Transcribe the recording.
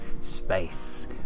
space